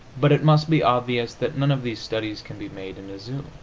but it must be obvious that none of these studies can be made in a zoo.